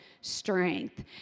strength